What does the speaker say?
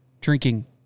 drinking